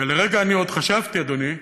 ולרגע אני עוד חשבתי, אדוני,